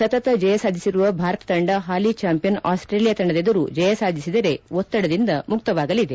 ಸತತ ಜಯ ಸಾಧಿಸಿರುವ ಭಾರತ ತಂಡ ಹಾಲಿ ಚಾಂಪಿಯನ್ ಆಸ್ಸೇಲಿಯಾ ತಂಡದೆದುರು ಜಯ ಸಾಧಿಸಿದರೆ ಒತ್ತಡದಿಂದ ಮುಕ್ತವಾಗಲಿದೆ